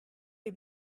les